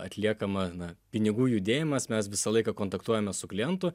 atliekama na pinigų judėjimas mes visą laiką kontaktuojame su klientu